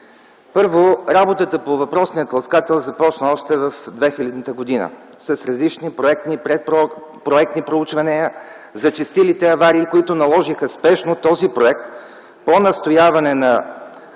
Първо, работата по въпросния тласкател започна още в 2000 г. с различни проектни, предпроектни проучвания. Зачестилите аварии, които наложиха спешно този проект, по настояване на